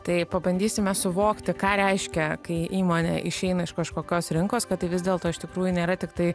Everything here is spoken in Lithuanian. tai pabandysime suvokti ką reiškia kai įmonė išeina iš kažkokios rinkos kad tai vis dėlto iš tikrųjų nėra tiktai